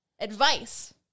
advice